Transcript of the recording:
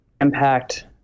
impact